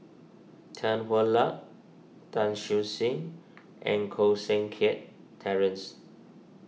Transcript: Tan Hwa Luck Tan Siew Sin and Koh Seng Kiat Terence